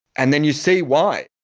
and then you see why.